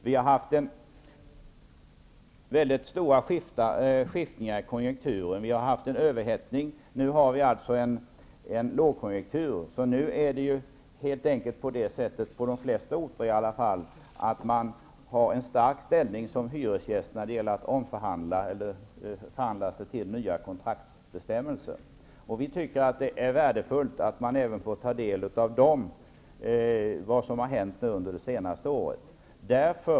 Det har varit mycket stora skiftningar i konjunkturen. Vi har haft en överhettning, och nu har vi alltså en lågkonjunktur. I varje fall på de flesta orter har man nu en stark ställning som hyresgäst när det gäller att omförhandla, eller förhandla sig till nya kontraktsbestämmelser. Vi tycker att det är värdefullt att man även får ta del av vad som har hänt under det senaste året.